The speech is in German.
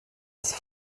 ist